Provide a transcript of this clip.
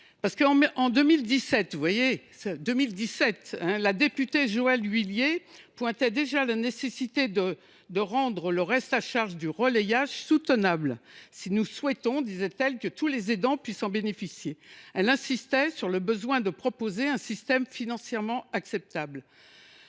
2017 – 2017 !–, la députée Joëlle Huillier pointait déjà la nécessité de rendre le reste à charge du relayage soutenable, afin que tous les aidants puissent en bénéficier. Elle insistait ainsi sur le besoin de proposer un système financièrement acceptable.